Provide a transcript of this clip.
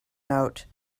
out